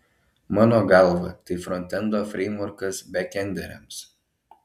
mano galva tai frontendo freimvorkas bekenderiams